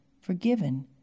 forgiven